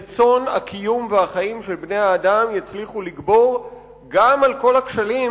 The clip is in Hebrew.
רצון הקיום והחיים של בני-האדם יצליח לגבור על כל הכשלים,